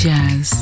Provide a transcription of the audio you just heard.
Jazz